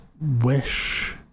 wish